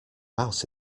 mouse